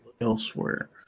elsewhere